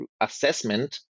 assessment